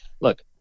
look